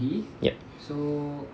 yup